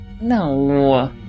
no